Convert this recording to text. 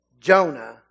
Jonah